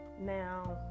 Now